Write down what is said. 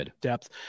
depth